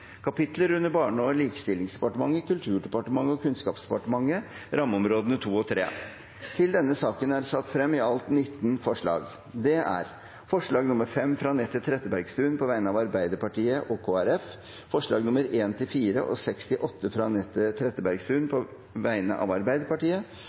imot. Under debatten er det satt frem i alt 19 forslag. Det er forslag nr. 5, fra Anette Trettebergstuen på vegne av Arbeiderpartiet og Kristelig Folkeparti forslagene nr. 1–4 og 6–8, fra Anette Trettebergstuen